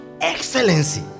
excellency